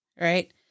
right